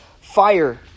fire